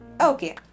Okay